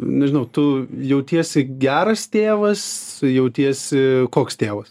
nežinau tu jautiesi geras tėvas jautiesi koks tėvas